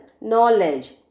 knowledge